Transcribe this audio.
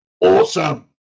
awesome